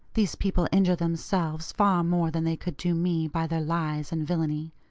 these people injure themselves far more than they could do me, by their lies and villany.